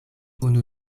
unu